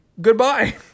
goodbye